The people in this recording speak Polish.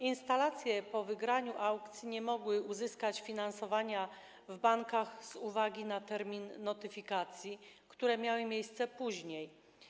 Instalacje po wygraniu aukcji nie mogły uzyskać finansowania w bankach z uwagi na termin notyfikacji, która miała miejsce później.